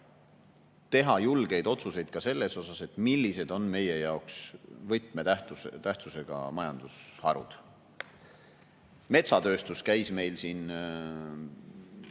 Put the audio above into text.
teha julgeid otsuseid ka selles asjas, millised on meie jaoks võtmetähtsusega majandusharud. Metsatööstuse esindaja